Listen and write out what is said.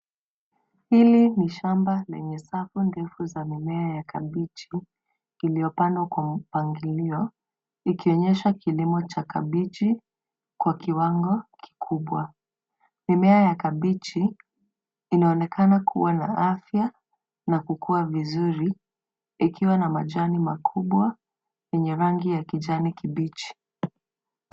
Hili ni shamba lenye safu ndefu za mimea ya kabichi iliyopandwa kwa mpangilio ikionyesha kilimo cha kabichi kwa kiwango kikubwa. Mimea ya kabichi inaonekana kuwa na afya na kukua vizuri ikiwa na majani makubwa yenye rangi ya kijani kibichi.